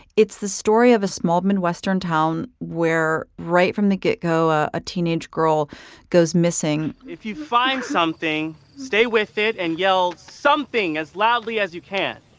it's the story of a small midwestern town where right from the get go, ah a teenage girl goes missing if you find something, stay with it and yell something as loudly as you can.